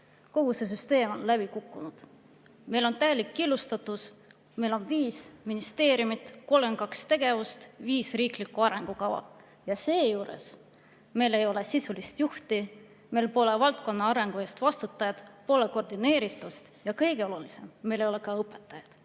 kogu see süsteem on läbi kukkunud. Meil on täielik killustatus. Meil on viis ministeeriumit, 32 tegevust, viis riiklikku arengukava ja seejuures ei ole meil sisulist juhti, meil pole valdkonna arengu eest vastutajat, pole koordineeritust, ja kõige olulisem, meil ei ole ka õpetajaid.